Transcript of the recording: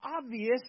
obvious